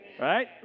Right